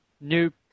Nope